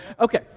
Okay